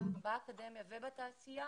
באקדמיה ובתעשייה,